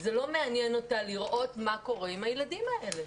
זה לא מעניין אותה לראות מה קורה עם הילדים האלה.